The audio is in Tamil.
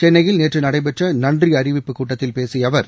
சென்னையில் நேற்று நடைபெற்ற நன்றி அறிவிப்புக் கூட்டத்தில் பேசிய அவர்